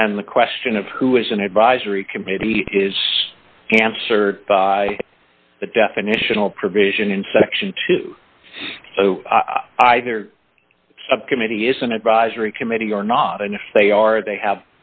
and the question of who is an advisory committee is answered by the definitional provision in section two either of committee is an advisory committee or not and if they are they have